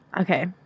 Okay